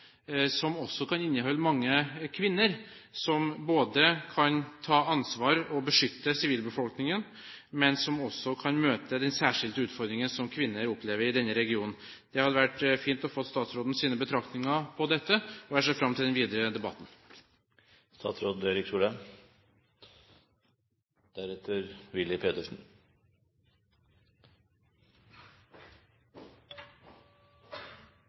som også kan inneholde mange kvinner som kan ta ansvar og beskytte sivilbefolkningen, men som også kan møte den særskilte utfordringen som kvinner opplever i denne regionen? Det hadde vært fint å få statsrådens betraktninger på dette. Jeg ser fram til den videre